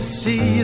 see